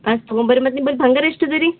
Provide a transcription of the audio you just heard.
ಕಾಸು ತಗೊಂಡ್ ಬನ್ರೀ ಮತ್ತು ನಿಮ್ಮ ಬಲ್ಲಿ ಬಂಗಾರ ಎಷ್ಟಿದೆ ರೀ